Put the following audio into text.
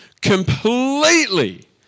completely